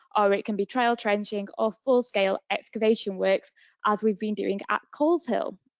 or it can be trail trenching or full-scale excavation works as we've been doing at coleshill.